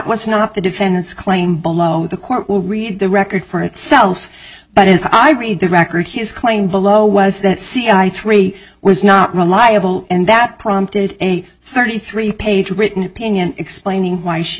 was not the defendant's claim below the court will read the record for itself but as i read the record his claim below was that c i three was not reliable and that prompted a thirty three page written opinion explaining why she